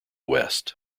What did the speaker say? west